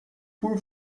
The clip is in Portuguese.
por